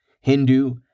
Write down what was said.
Hindu